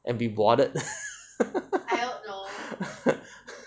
and be bothered